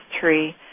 tree